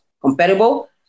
compatible